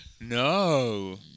no